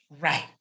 right